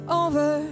over